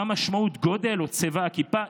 מה משמעות גודל או צבע הכיפה,